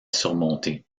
surmonter